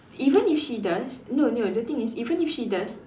even if she does no no the thing is even if she does